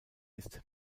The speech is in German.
ist